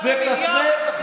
מיליארד.